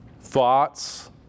thoughts